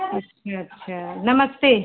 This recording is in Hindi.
अच्छा अच्छा नमस्ते